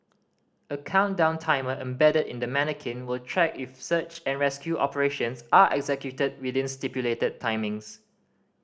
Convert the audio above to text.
a countdown timer embedded in the manikin will track if search and rescue operations are executed within stipulated timings